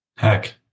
heck